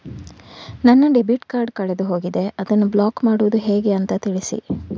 ನನ್ನ debit card ಕಳೆದು ಹೋಗಿದೆ, ಅದನ್ನು ಬ್ಲಾಕ್ ಮಾಡುವುದು ಹೇಗೆ ಅಂತ ತಿಳಿಸಿ?